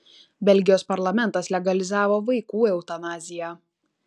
belgijos parlamentas legalizavo vaikų eutanaziją